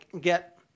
get